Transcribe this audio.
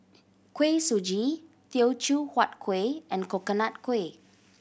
Kuih Suji Teochew Huat Kuih and Coconut Kuih